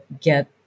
get